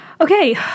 Okay